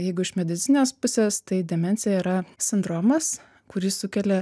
jeigu iš medicininės pusės tai demencija yra sindromas kurį sukelia